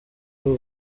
w’u